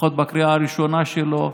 לפחות בקריאה הראשונה שלו,